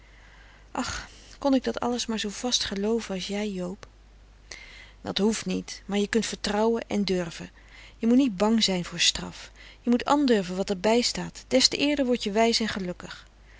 ach kon ik dat alles maar zoo vast geloove as jij joob dat hoeft niet maar je kunt vertrouwe en durve je moet niet bang zijn voor straf je moet andurve wat er bij staat des te eerder word je wijs en gelukkig